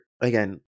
again